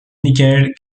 michael